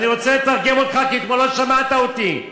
ואני רוצה לתרגם אותך, כי אתמול לא שמעת אותי.